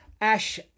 Ash